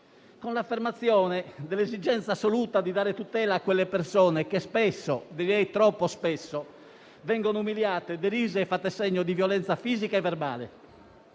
ad affermare l'esigenza assoluta di dare tutela a quelle persone che spesso, direi troppo spesso, vengono umiliate, derise e fatte oggetto di violenza fisica e verbale.